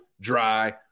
dry